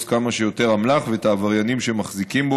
כמה שיותר אמל"ח ואת העבריינים שמחזיקים בו,